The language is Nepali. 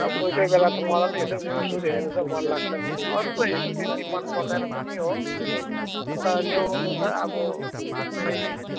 हुन त कोही कोही बेला त मलाई यसो न्युज स्युस हर्नु चाहिँ मन लाग्छ नि अरू त हर्नु त्यति मन पर्दैन पनि हो अन्त ल्याउनु त अब खोइ